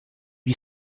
you